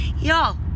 Y'all